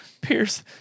Pierce